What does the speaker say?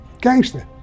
gangster